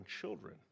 children